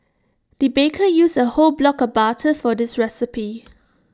the baker used A whole block of butter for this recipe